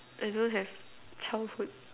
I don't know childhood